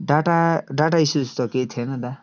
data data issues त केही थिएन दा